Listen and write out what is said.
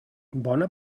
bona